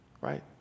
right